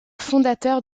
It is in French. fondateur